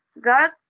God